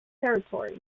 territory